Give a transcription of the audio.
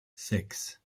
sechs